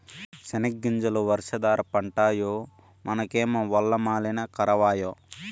సెనగ్గింజలు వర్షాధార పంటాయె మనకేమో వల్ల మాలిన కరవాయె